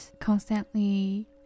constantly